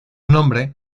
nombre